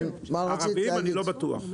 הערביים אני לא בטוח.